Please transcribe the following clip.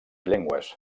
llengües